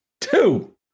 Two